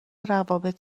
روابط